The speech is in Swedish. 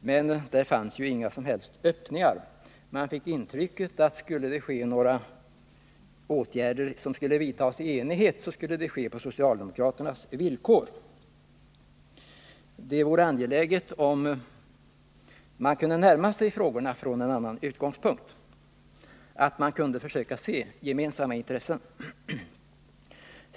men där fanns inga som helst öppningar. Jag fick intrycket att skulle några åtgärder vidtas i enighet, så skulle det ske på socialdemokraternas villkor. Det vore angeläget att de närmade sig frågorna från en annan utgångspunkt, att de kunde försöka se gemensamma intressen.